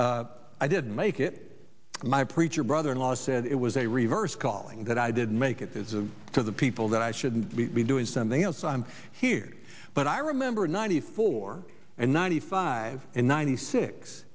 i didn't make it my preacher brother in law said it was a reverse calling that i didn't make it is a because the people that i shouldn't be doing something else i'm here but i remember ninety four and ninety five and ninety six